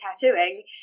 tattooing